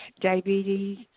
diabetes